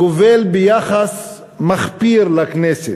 הגובל ביחס מכפיר לכנסת,